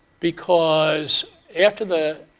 because after the